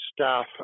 staff